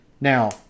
Now